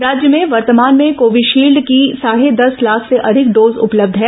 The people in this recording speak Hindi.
राज्य में वर्तमान में कोविशील्ड की साढे दस लाख से अधिक डोज उपलब्य है